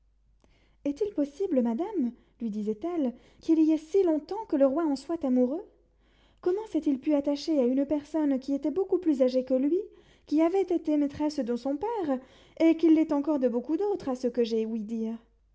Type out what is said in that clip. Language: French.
est-il possible madame lui disait-elle qu'il y ait si longtemps que le roi en soit amoureux comment s'est-il pu attacher à une personne qui était beaucoup plus âgée que lui qui avait été maîtresse de son père et qui l'est encore de beaucoup d'autres à ce que j'ai ouï dire